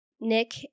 Nick